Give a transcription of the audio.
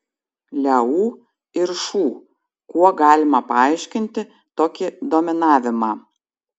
leu ir šu kuo galima paaiškinti tokį dominavimą